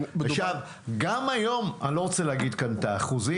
גם היום אני לא רוצה להגיד כאן את האחוזים.